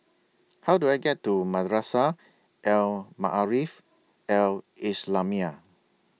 How Do I get to Madrasah Al Maarif Al Islamiah